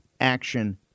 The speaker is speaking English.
action